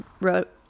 wrote